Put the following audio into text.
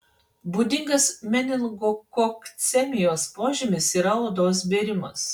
būdingas meningokokcemijos požymis yra odos bėrimas